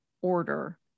order